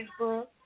Facebook